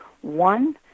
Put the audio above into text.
One-